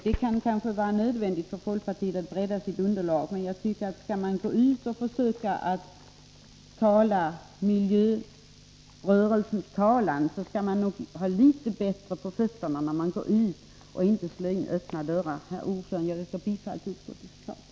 Det är kanske nödvändigt för folkpartiet för att bredda sitt underlag, men skall man försöka föra miljörörelsens talan bör man nog ha litet bättre på fötterna. Jag yrkar bifall till utskottets hemställan.